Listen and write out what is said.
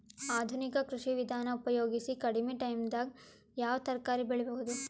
ಆಧುನಿಕ ಕೃಷಿ ವಿಧಾನ ಉಪಯೋಗಿಸಿ ಕಡಿಮ ಟೈಮನಾಗ ಯಾವ ತರಕಾರಿ ಬೆಳಿಬಹುದು?